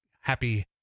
happy